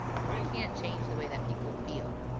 we can't change the way that people feel,